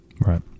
Right